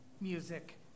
music